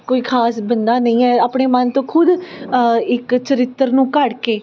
ਕੋਈ ਖਾਸ ਬੰਦਾ ਨਹੀਂ ਹੈ ਆਪਣੇ ਮਨ ਤੋਂ ਖੁਦ ਇੱਕ ਚਰਿੱਤਰ ਨੂੰ ਘੜ ਕੇ